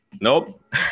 Nope